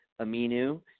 Aminu